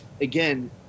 again